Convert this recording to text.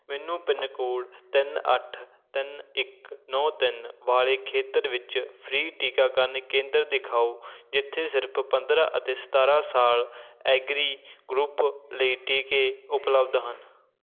ਮੈਨੂੰ pin code ਤਿੰਨ ਅੱਠ ਤਿੰਨ ਇੱਕ ਨੌ ਤਿੰਨ ਵਾਲੇ ਖੇਤਰ ਵਿੱਚ ਫ੍ਰੀ ਟੀਕਾਕਰਨ ਕੇਂਦਰ ਦਿਖਾਓ ਜਿੱਥੇ ਸਿਰਫ਼ ਪੰਦਰਾਂ ਅਤੇ ਸਤਾਰਾਂ ਸਾਲ ਐਗਰੀ ਗਰੁੱਪ ਲਈ ਟੀਕੇ ਉਪਲੱਬਧ ਹਨ